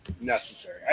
necessary